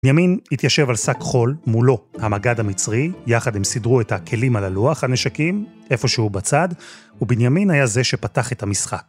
בנימין התיישב על שק חול, מולו - המגד המצרי, יחד הם סידרו את הכלים על הלוח, הנשקים איפשהו בצד, ובנימין היה זה שפתח את המשחק.